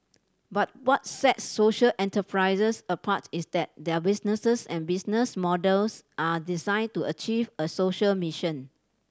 but what sets social enterprises apart is that their businesses and business models are designed to achieve a social mission